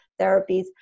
therapies